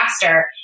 faster